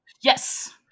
yes